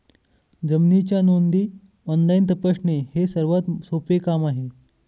जमिनीच्या नोंदी ऑनलाईन तपासणे हे सर्वात सोपे काम आहे